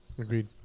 Agreed